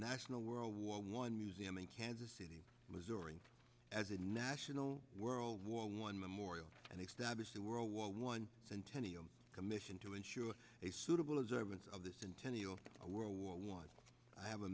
national world war one museum in kansas city missouri as a national world war one memorial and established in world war one centennial commission to ensure a suitable observance of this in ten year old world war one i have a